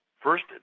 first